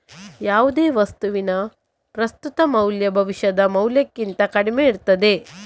ಯಾವುದೇ ವಸ್ತುವಿನ ಪ್ರಸ್ತುತ ಮೌಲ್ಯ ಭವಿಷ್ಯದ ಮೌಲ್ಯಕ್ಕಿಂತ ಕಡಿಮೆ ಇರ್ತದೆ